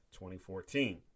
2014